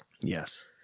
Yes